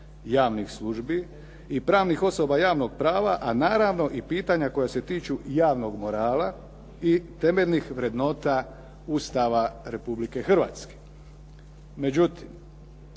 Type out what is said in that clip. javnih službi i pravnih osoba javnog prava, a naravno i pitanja koja se tiču javnog morala i temeljnih vrednota Ustava Republike Hrvatske.